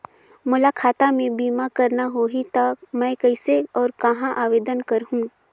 मोला खाता मे बीमा करना होहि ता मैं कइसे और कहां आवेदन करहूं?